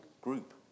group